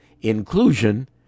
inclusion